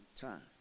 time